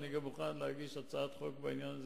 אני מוכן להגיש הצעת חוק בעניין הזה,